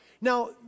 Now